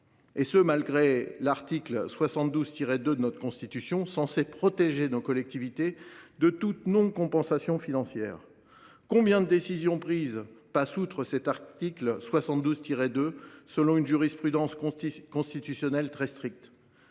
et ce malgré l’article 72 2 de notre Constitution, censé protéger nos collectivités contre toute non compensation financière. Combien de décisions prises passent outre cet article 72 2, malgré une jurisprudence constitutionnelle très stricte ?